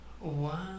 Wow